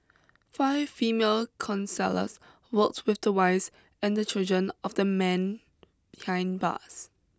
five female counsellors worked with the wives and children of the men behind bars